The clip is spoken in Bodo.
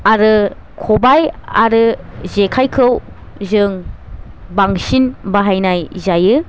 आरो खबाइ आरो जेखाइखौ जों बांसिन बाहायनाय जायो